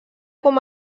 com